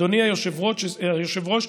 אדוני היושב-ראש,